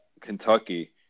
Kentucky